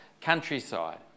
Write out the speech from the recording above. countryside